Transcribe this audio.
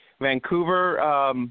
Vancouver